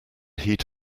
heat